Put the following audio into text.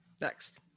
next